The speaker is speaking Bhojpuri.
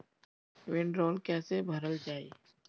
वीडरौल कैसे भरल जाइ?